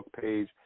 page